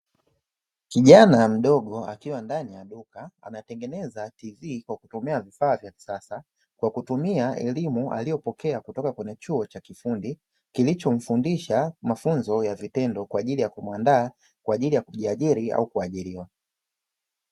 Kijana mdogo, akiwa ndani ya duka anatengeneza "tv" kwa kutumia vifaa vya kisasa, kwa kutumia elimu aliyopokea kutoka kwenye chuo cha kiufundi, kilichomfundisha mafunzo ya vitendo kwa ajili ya kumuandaa kwa ajili ya kujiajiri au kuajiriwa.